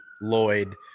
Lloyd